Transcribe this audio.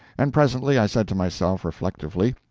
and presently i said to myself reflectively,